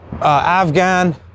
Afghan